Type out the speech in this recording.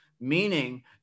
meaning